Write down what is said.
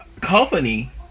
company